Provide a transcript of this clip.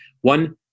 One